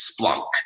Splunk